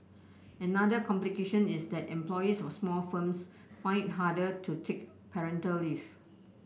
another complication is that employees of small firms find it harder to take parental leave